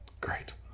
great